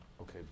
Okay